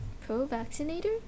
pro-vaccinator